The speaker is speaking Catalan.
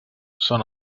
són